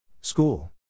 School